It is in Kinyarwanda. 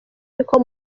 niko